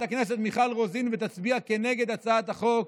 הכנסת מיכל רוזין ותצביע כנגד הצעת החוק.